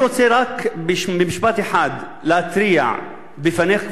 אני רוצה במשפט אחד להתריע בפניך,